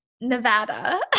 Nevada